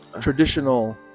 traditional